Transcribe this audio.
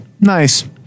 Nice